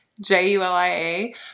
j-u-l-i-a